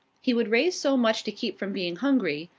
he would raise so much to keep from being hungry,